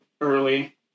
Early